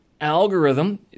algorithm